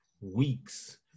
weeks